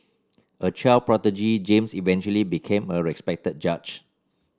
a child prodigy James eventually became a respected judge